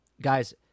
guys